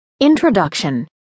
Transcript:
Introduction